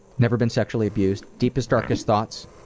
never been sexually abused. deepest, darkest thoughts?